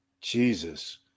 Jesus